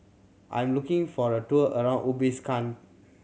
I am looking for a tour around